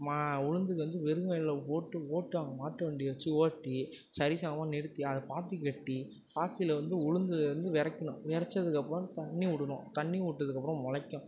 மா உளுந்துக்கு வந்து வெறும் வயலில் போட்டு ஓட்டுவாங்க மாட்டு வண்டியை வச்சு ஓட்டி சரிசமமாக நிறுத்தி அதை பாத்திகட்டி பாத்தியில் வந்து உளுந்து வந்து இறைக்கணும் இறைச்சதுக்கப்புறம் தண்ணி விடணும் தண்ணி விட்டதுக்கப்புறம் முளைக்கும்